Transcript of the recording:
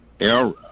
era